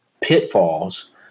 pitfalls